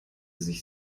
sich